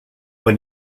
fue